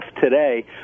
today